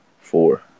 four